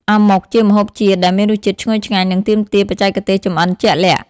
អាម៉ុក ជាម្ហូបជាតិដែលមានរសជាតិឈ្ងុយឆ្ងាញ់ និងទាមទារបច្ចេកទេសចម្អិនជាក់លាក់ ។